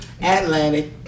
Atlantic